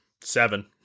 seven